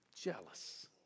jealous